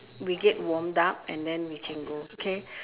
we get warmed up and then we can go okay